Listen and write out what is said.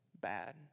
bad